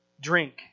drink